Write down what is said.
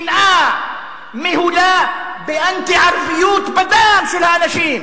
שנאה מהולה באנטי-ערביות בדם של האנשים.